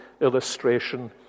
illustration